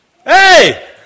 hey